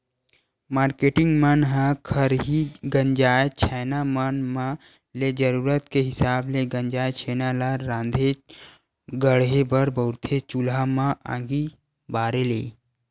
marketing मन ह खरही गंजाय छैना मन म ले जरुरत के हिसाब ले गंजाय छेना ल राँधे गढ़हे बर बउरथे चूल्हा म आगी बारे ले